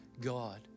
God